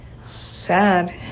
sad